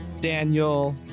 Daniel